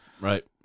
Right